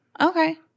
Okay